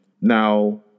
Now